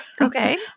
Okay